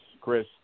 Chris